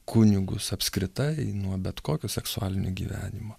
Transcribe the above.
kunigus apskritai nuo bet kokio seksualinio gyvenimo